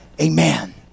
Amen